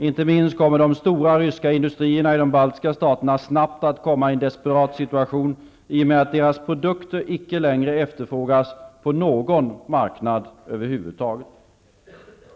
Inte minst kommer de stora ryska industrierna i de baltiska staterna snabbt att komma i en desperat situation i och med att deras produkter icke längre efterfrågas på någon marknad över huvud taget.